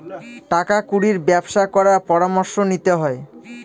টাকা কুড়ির ব্যবসা করার পরামর্শ নিতে হয়